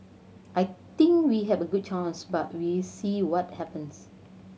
I think we have a good chance but we'll see what happens